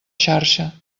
xarxa